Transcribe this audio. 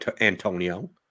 Antonio